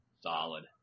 Solid